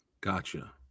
gotcha